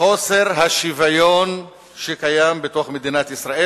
חוסר השוויון שקיים בתוך מדינת ישראל,